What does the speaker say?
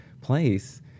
place